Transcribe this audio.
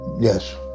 Yes